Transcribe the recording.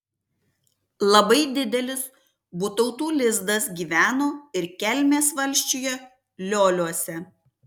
labai didelis butautų lizdas gyveno ir kelmės valsčiuje lioliuose